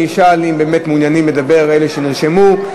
אני אשאל אם באמת מעוניינים לדבר, אלה שנרשמו.